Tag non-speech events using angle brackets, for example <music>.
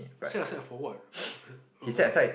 set a side for what <noise>